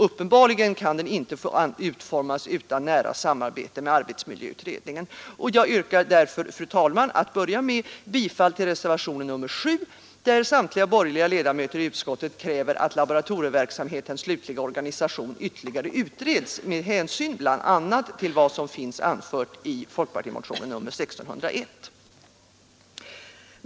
Uppenbarligen kan den inte få utformas utan nära samarbete med arbetsmiljöutredningen. Jag yrkar därför, fru talman, bifall till reservationen 7, där samtliga borgerliga ledamöter i utskottet kräver att laboratorieverksamhetens slutliga organisation ytterligare utreds, med hänsyn bl.a. till vad som finns anfört i folkpartimotionen 1601.